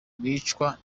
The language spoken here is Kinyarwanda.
bicwa